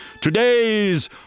today's